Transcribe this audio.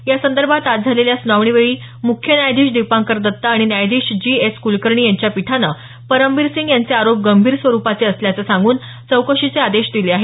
यासंदर्भात आज झालेल्या सुनावणीवेळी मुख्य न्यायाधीश दिपांकर दत्ता आणि न्यायाधीश जी एस कुलकर्णी यांच्या पीठानं परमबीर सिंग यांचे आरोप गंभीर स्वरुपाचे असल्याचं सांगून चौकशीचे आदेश दिले आहेत